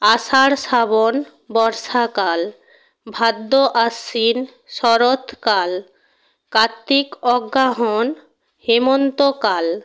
আষাঢ় শ্রাবণ বর্ষাকাল ভাদ্র আশ্বিন শরৎকাল কার্ত্তিক অগ্রহায়ণ হেমন্তকাল